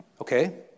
okay